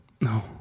no